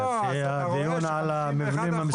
כי הדיון על המבנים המסוכנים.